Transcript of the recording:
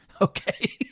Okay